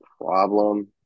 problem